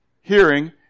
hearing